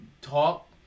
talk